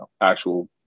actual